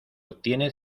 obtiene